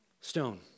stone